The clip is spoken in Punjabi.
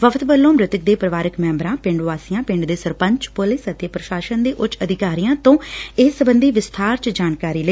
ਵਫ਼ਦ ਵੱਲੋ ਮ੍ਰਿਤਕ ਦੇ ਪਰਿਵਾਰਕ ਮੈਂਬਰਾਂ ਪਿੰਡ ਵਾਸੀਆਂ ਪਿੰਡ ਦੇ ਸਰਪੰਚ ਪੁਲਿਸ ਤੇ ਪ੍ਸ਼ਾਸ਼ਨ ਦੇ ਉਚ ਅਧਿਕਾਰੀਆਂ ਤੋਂ ਇਸ ਸਬੰਧੀ ਵਿਸਥਾਰ ਵਿੱਚ ਜਾਣਕਾਰੀ ਲਈ